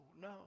no